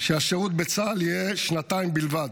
שהשירות בצה"ל יהיה שנתיים בלבד.